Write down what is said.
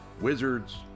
Wizards